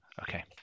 Okay